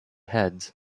heads